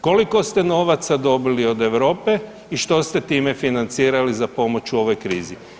Koliko ste novaca dobili od Europe i što ste time financirali za pomoć u ovoj krizi?